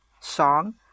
song